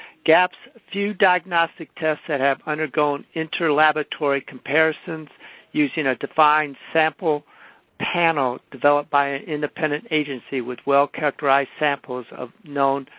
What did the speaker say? gaps-few diagnostic tests that have undergone inter-laboratory comparisons using a defined sample panel developed by an independent agency with well characterized samples of known